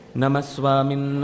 Namaswamin